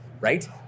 right